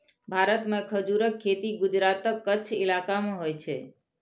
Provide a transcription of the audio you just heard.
भारत मे खजूरक खेती गुजरातक कच्छ इलाका मे होइ छै